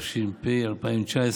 התש"ף 2019,